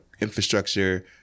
infrastructure